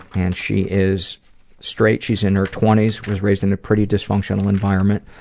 and she is straight, she's in her twenty s, was raised in a pretty dysfunctional environment.